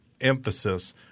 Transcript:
emphasis